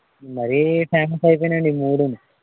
మరీ ఫేమస్ అయిపోయినాయండి ఈ మూడును